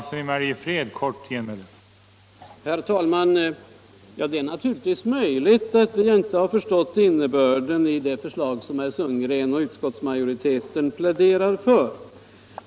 Herr talman! Det är naturligtvis möjligt att jag inte har förstått innebörden i det förslag som herr Sundgren och utskottsmajoriteten pläderar för.